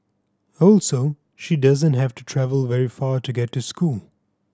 also she doesn't have to travel very far to get to school